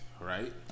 right